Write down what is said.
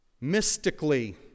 mystically